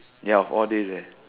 ya of all days eh